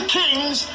kings